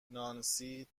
نانسی